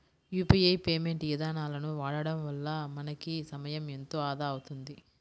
UPI payment ఇదానాలను వాడడం వల్ల మనకి సమయం ఎంతో ఆదా అవుతుంది